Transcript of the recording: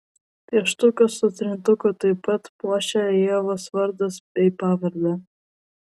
pieštuką su trintuku taip pat puošia ievos vardas bei pavardė